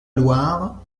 loire